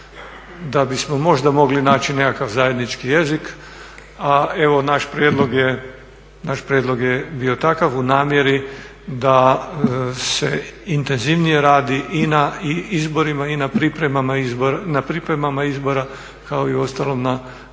da bismo možda mogli naći nekakav zajednički jezik, a evo naš prijedlog je bio takav u namjeri da se intenzivnije radi i na izborima i na pripremama izbora kao i u ostalom na